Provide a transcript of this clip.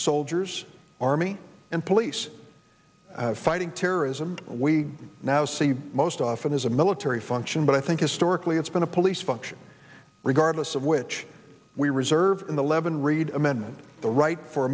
soldiers army and police fighting terrorism we now see most often is a military function but i think historically it's been a police function regardless of which we reserve in the levin reid amendment the right for